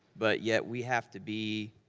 but yet, we have to be,